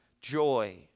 joy